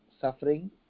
suffering